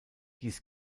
dies